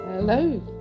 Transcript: Hello